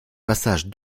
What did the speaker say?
passages